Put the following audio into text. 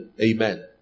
Amen